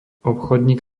obchodník